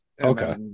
Okay